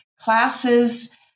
Classes